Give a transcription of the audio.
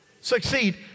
Succeed